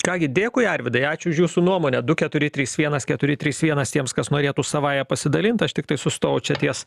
ką gi dėkui arvydai ačiū už jūsų nuomonę du keturi trys vienas keturi trys vienas tiems kas norėtų savąja pasidalint aš tiktai sustojau čia ties